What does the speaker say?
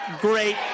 great